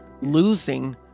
losing